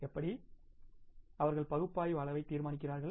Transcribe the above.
எப்படி அவர்கள் பகுப்பாய்வு அளவை தீர்மானிப்பார்கள்